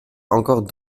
encore